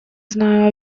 знаю